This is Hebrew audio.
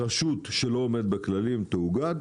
רשות שלא עומדת בכללים תאוגד.